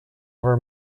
ever